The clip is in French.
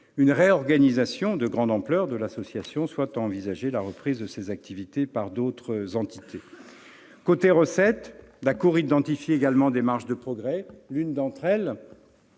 une réorganisation de grande ampleur de l'Agence, soit à envisager la reprise de ses activités par d'autres entités. Côté recettes, la Cour identifie également des marges de progrès. L'une d'entre elles